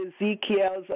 Ezekiel's